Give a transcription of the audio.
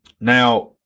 now